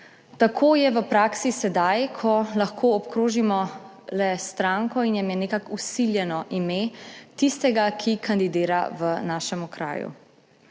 Tako je v praksi sedaj, ko lahko obkrožimo le stranko in jim je nekako vsiljeno ime tistega, ki kandidira v našem okraju.